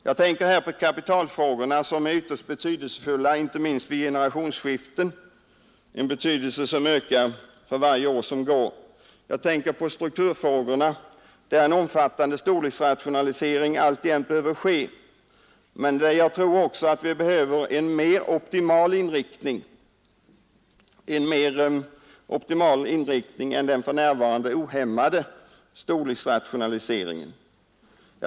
Jag tänker här på kapitalfrågorna, som är ytterst betydelsefulla inte minst vid generationsskiften, Deras betydelse ökar för varje är som gar. Jag tänker på strukturfrågorna, där en omfattande storleksrationalisering alltjämt behöver ske, men där jag också tror att vi behöver en mer optimal inriktning än den för närvarande ohämmade storleksrationaliseringen.